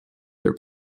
their